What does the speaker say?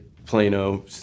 Plano